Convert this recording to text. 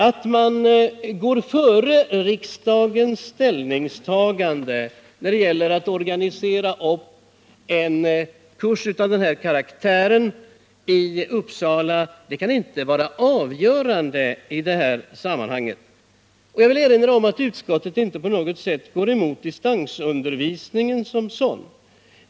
Att man går före riksdagens ställningstagande när det gäller att organisera upp en kurs av den här karaktären i Uppsala kan inte vara avgörande i detta sammanhang. Och jag vill erinra om att utskottet inte på något sätt går emot distansundervisningen som sådan.